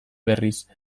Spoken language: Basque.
berriz